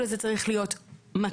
- שיקול הדעת הזה צריך להיות מקסימלי,